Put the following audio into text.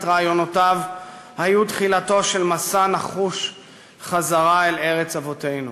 רעיונותיו היו תחילתו של מסע נחוש חזרה אל ארץ אבותינו.